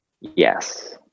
Yes